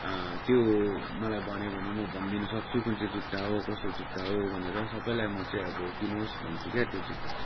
त्यो मलाई भन्यो भने म भनिदिन सक्छु कुन चाहिँ जुत्ता हो कसो जुत्ता हो भनेर सबैलाई म चाहिँ अब किन्नुहोस् भन्छु क्या त्यो जुत्ता चाहिँ